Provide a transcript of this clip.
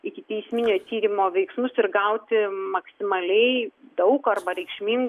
ikiteisminio tyrimo veiksmus ir gauti maksimaliai daug arba reikšmingų